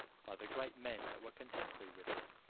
by the great men that were contemporary with him.